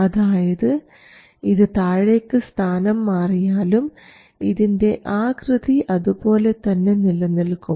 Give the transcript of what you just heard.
അതായത് ഇത് താഴേക്ക് സ്ഥാനം മാറിയാലും ഇതിൻറെ ആകൃതി അതുപോലെതന്നെ നിലനിൽക്കും